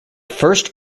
first